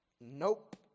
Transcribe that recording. nope